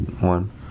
one